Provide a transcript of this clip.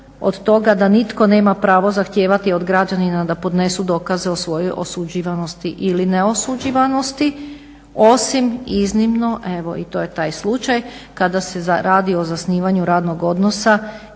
od toga da nitko nema pravo zahtijevati od građanina da podnesu dokaze o svojoj osuđivanosti ili neosuđivanosti osim iznimno, evo i to je taj slučaj, kada se radi o zasnivanju radnog odnosa ili